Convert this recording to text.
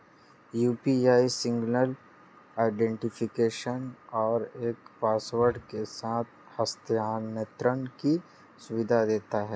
UPI single identification और एक password के साथ हस्थानांतरण की सुविधा देता है